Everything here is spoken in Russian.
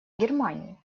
германии